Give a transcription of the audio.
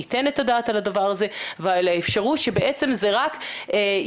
ניתן את הדעת על הדבר הזה ועל האפשרות שבעצם זה רק יהווה